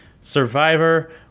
Survivor